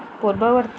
ପୂର୍ବବର୍ତ୍ତୀ